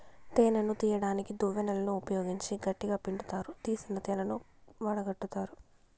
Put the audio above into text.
తేనెను తీయడానికి దువ్వెనలను ఉపయోగించి గట్టిగ పిండుతారు, తీసిన తేనెను వడగట్టుతారు